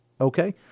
Okay